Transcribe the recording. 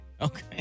Okay